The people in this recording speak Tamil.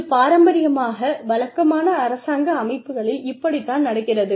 இது பாரம்பரியமாக வழக்கமான அரசாங்க அமைப்புகளில் இப்படித்தான் நடக்கிறது